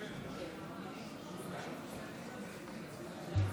יישר כוח.